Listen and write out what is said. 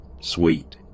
Sweet